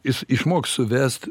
jis išmoks suvest